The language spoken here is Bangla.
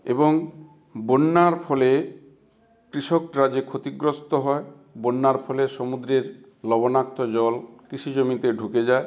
এবং বন্যার ফলে কৃষকরা যে ক্ষতিগ্রস্ত হয় বন্যার ফলে সমুদ্রের লবণাক্ত জল কৃষি জমিতে ঢুকে যায়